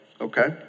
okay